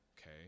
okay